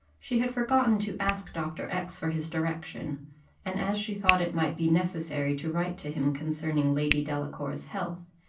she had forgotten to ask dr. x for his direction and as she thought it might be necessary to write to him concerning lady delacour's health,